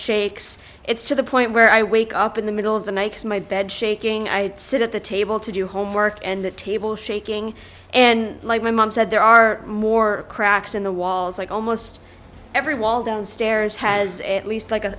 shakes it's to the point where i wake up in the middle of the makes my bed shaking i sit at the table to do homework and the table shaking and like my mom said there are more cracks in the walls like almost every wall downstairs has at least like a